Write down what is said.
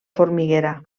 formiguera